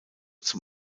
zum